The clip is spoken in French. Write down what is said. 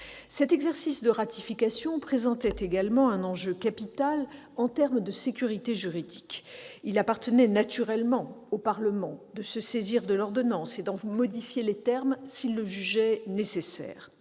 Cet exercice de ratification présentait également un enjeu capital en termes de sécurité juridique. Il appartenait naturellement au Parlement de se saisir de l'ordonnance et d'en modifier les termes, s'il le jugeait nécessaire.